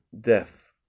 death